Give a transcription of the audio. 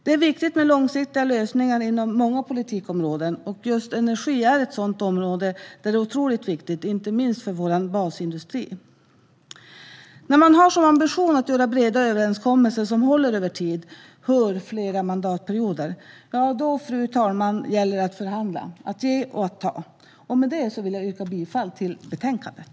Det är viktigt med långsiktiga lösningar inom många politikområden. Just energi är ett sådant område där det är otroligt viktigt, inte minst för vår basindustri. Fru talman! När man har som ambition att göra breda överenskommelser som håller över tid - hör: flera mandatperioder - gäller det att förhandla. Det gäller att ge och att ta. Med detta yrkar jag bifall till utskottets förslag i betänkandet.